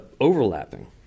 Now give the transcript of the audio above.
overlapping